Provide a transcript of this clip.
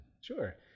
sure